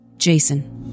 Jason